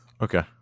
Okay